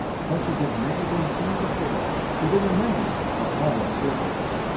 such as had never been seen before within the memory of all observers.